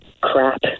crap